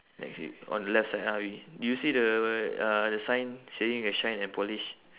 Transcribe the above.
next we on the left side already do you see the uh the sign saying uh shine and polish